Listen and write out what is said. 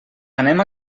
anem